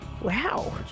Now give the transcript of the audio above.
Wow